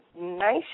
nice